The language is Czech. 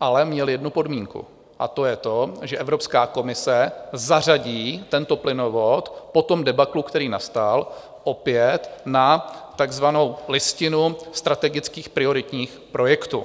ale měl jednu podmínku a to je to, že Evropská komise zařadí tento plynovod po tom debaklu, který nastal, opět na takzvanou listinu strategických prioritních projektů.